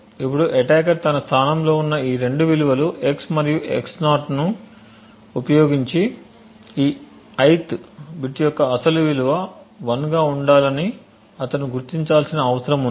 ఇప్పుడు అటాకర్ తన స్థానంలో ఉన్న ఈ రెండు విలువలు x మరియు x ను ఉపయోగించి ఈ ith బిట్ యొక్క అసలు విలువ 1 గా ఉండాలని అతను గుర్తించాల్సిన అవసరం ఉంది